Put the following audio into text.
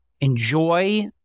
enjoy